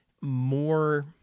more